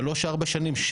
שלוש-ארבע שנים,